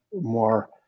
more